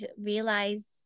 realize